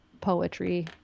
poetry